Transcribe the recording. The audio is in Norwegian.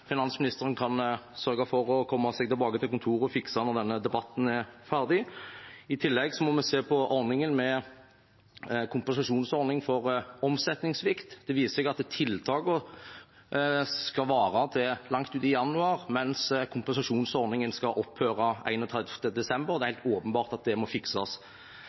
finansministeren kan sørge for å komme seg tilbake til kontoret og fikse den når denne debatten er ferdig. I tillegg må vi se på kompensasjonsordningen for omsetningssvikt. Det viser seg at tiltakene skal vare til langt ut i januar, mens kompensasjonsordningen skal opphøre 31. desember. Det er helt åpenbart at det må fikses.